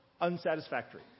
unsatisfactory